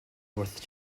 worth